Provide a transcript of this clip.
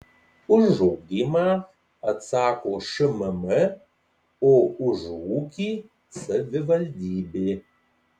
už ugdymą atsako šmm o už ūkį savivaldybė